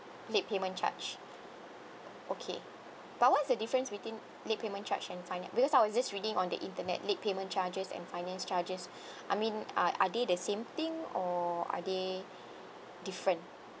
late payment charge okay but what's the difference between late payment charge and finance because I was just reading on the internet late payment charges and finance charges I mean are are they the same thing or are they different